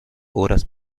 horas